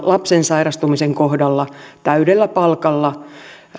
lapsen sairastumisen kohdalla täydellä palkalla